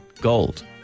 gold